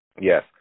Yes